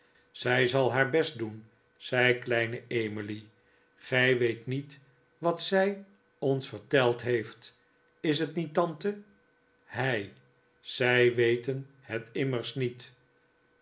zij zal haar best doen zei kleine emily gij weet niet wat zij ons verteld heeft is het niet tante hij zij weten het immers niet